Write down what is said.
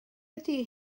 ydy